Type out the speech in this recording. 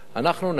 אנחנו נשאיר